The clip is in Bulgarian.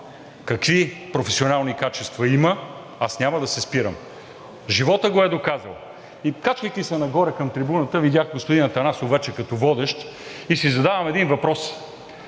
какви професионални качества има – аз няма да се спирам, животът го е доказал. И качвайки се нагоре към трибуната, видях господин Атанасов вече като водещ и си задавам един въпрос: